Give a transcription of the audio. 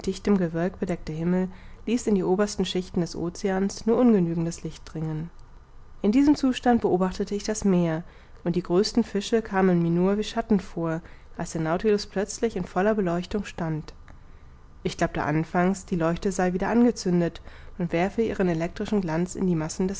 gewölk bedeckte himmel ließ in die obersten schichten des oceans nur ungenügendes licht dringen in diesem zustand beobachtete ich das meer und die größten fische kamen mir nur wie schatten vor als der nautilus plötzlich in voller beleuchtung stand ich glaubte anfangs die leuchte sei wieder angezündet und werfe ihren elektrischen glanz in die